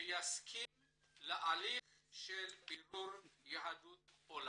שיסכים להליך של בירור יהדות.